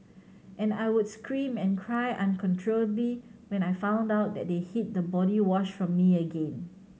and I would scream and cry uncontrollably when I found out that they hid the body wash from me again